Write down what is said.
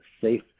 safe